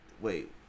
Wait